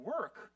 work